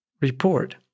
report